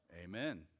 Amen